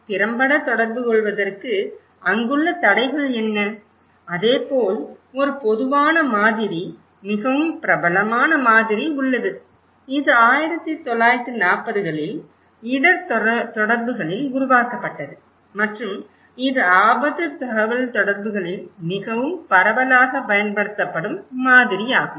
திறம்பட தொடர்புகொள்வதற்கு அங்குள்ள தடைகள் என்ன அதே போல் ஒரு பொதுவான மாதிரி மிகவும் பிரபலமான மாதிரி உள்ளது இது 1940 களில் இடர் தொடர்புகளில் உருவாக்கப்பட்டது மற்றும் இது ஆபத்து தகவல்தொடர்புகளில் மிகவும் பரவலாகப் பயன்படுத்தப்படும் மாதிரி ஆகும்